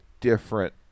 different